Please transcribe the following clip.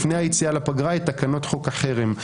לפני היציאה לפגרה, את תקנות חוק החרם.